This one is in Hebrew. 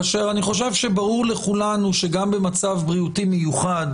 כאשר אני חושב שברור לכולנו שגם במצב בריאותי מיוחד,